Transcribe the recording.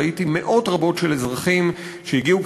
וראיתי מאות רבות של אזרחים שהגיעו